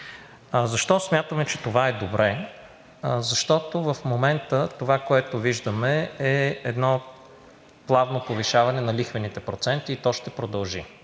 Защо смятаме, че това е добре? Защото в момента това, което виждаме, е едно плавно повишаване на лихвените проценти и то ще продължи.